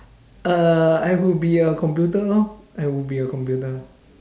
uh I would be a computer lor I will be a computer